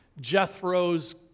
Jethro's